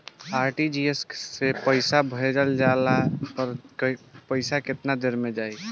RTGS से पईसा भेजला पर पईसा केतना देर म जाई?